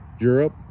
Europe